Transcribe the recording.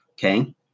Okay